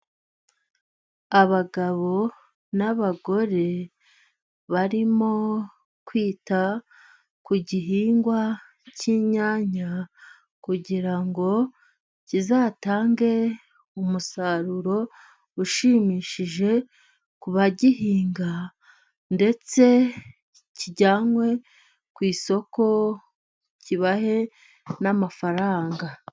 Abagabo n'abagore barimo kwita ku gihingwa cy'inyanya, kugira ngo kizatange umusaruro ushimishije ku bagihinga, ndetse kijyanwe ku isoko kibahe n'amafaranga.